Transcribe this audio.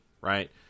right